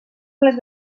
les